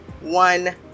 one